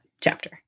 Chapter